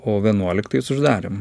o vienuoliktais uždarėm